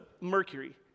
mercury